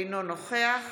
אינו נוכח